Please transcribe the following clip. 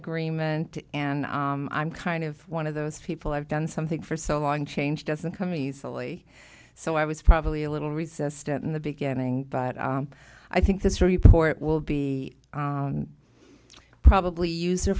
agreement and i'm kind of one of those people i've done something for so long change doesn't come easily so i was probably a little resistant in the beginning but i think this report will be probably user